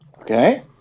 Okay